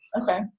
Okay